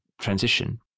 transition